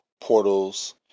portals